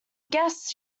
guessed